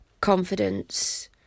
confidence